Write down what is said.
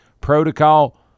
protocol